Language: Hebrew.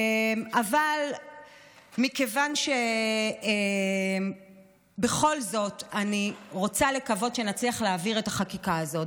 אבל מכיוון שבכל זאת אני רוצה לקוות שנצליח להעביר את החקיקה הזאת,